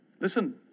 Listen